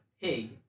pig